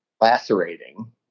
lacerating